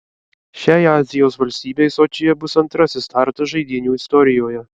šiai azijos valstybei sočyje bus antrasis startas žaidynių istorijoje